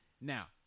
Now